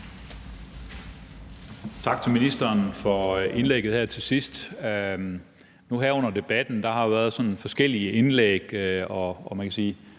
Tak til ministeren for indlægget her til sidst. Her under debatten har der været forskellige indlæg, og jeg synes